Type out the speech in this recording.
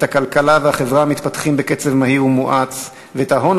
את הכלכלה והחברה המתפתחות בקצב מהיר ומואץ ואת ההון